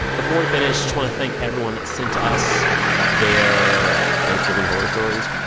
before we finish, just want to thank everyone that sent us their thanksgiving horror stories.